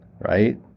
right